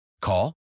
Call